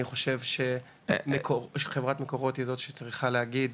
אני חושב שחברת מקורות היא זו שצריכה להגיד